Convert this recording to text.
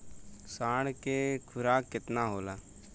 साढ़ के खुराक केतना होला?